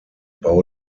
bau